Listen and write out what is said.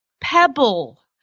pebble